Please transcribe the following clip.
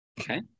Okay